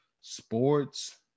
sports